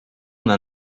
una